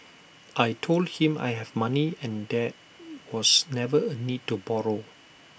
I Told him I have money and there was never A need to borrow